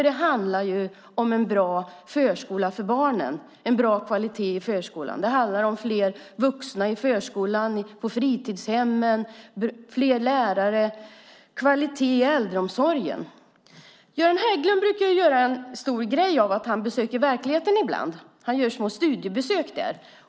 Det handlar om bra kvalitet i förskolan, fler vuxna i förskola och på fritidshem, fler lärare och kvalitet i äldreomsorgen. Göran Hägglund brukar göra en stor grej av att han ibland besöker verkligheten. Han gör små studiebesök där.